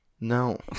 No